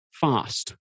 fast